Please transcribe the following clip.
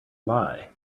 lie